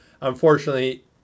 unfortunately